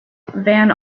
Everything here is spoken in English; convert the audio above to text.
van